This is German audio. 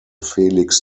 felix